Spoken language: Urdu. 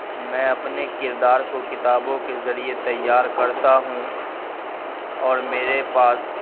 میں اپنے کردار کو کتابوں کے ذریعے تیار کرتا ہوں اور میرے پاس